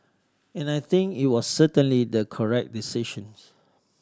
and I think it was certainly the correct decisions